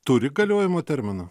turi galiojimo terminą